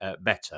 better